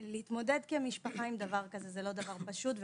להתמודד כמשפחה עם דבר כזה זה לא דבר פשוט,